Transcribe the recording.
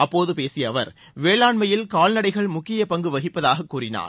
அப்போது பேசிய அவர் வேளாண்மையில் கால்நடைகள் முக்கியப்பங்கு வகிப்பதாகக் கூறினார்